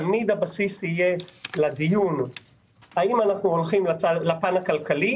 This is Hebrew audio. תמיד הבסיס לדיון יהיה האם אנחנו הולכים לפן הכלכלי